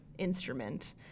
instrument